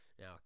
Now